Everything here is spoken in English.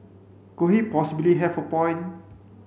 could he possibly have a point